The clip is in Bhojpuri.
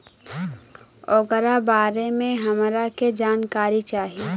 ओकरा बारे मे हमरा के जानकारी चाही?